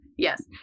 Yes